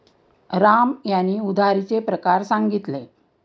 राम यांनी उधारीचे प्रकार सांगितले